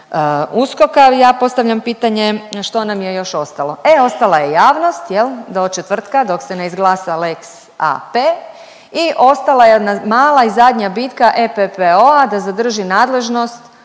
ja postavljam pitanje, što nam je još ostalo? E ostala je javnost jel do četvrtka dok se ne izglasa lex AP i ostala je jedna mala i zadnja bitka EPPO-a da zadrži nadležnost